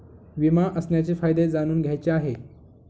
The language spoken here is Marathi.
विमा असण्याचे फायदे जाणून घ्यायचे आहे